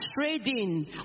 trading